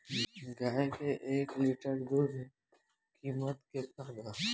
गाय के एक लीटर दूध कीमत केतना बा?